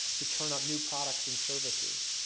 to turn out new products and services.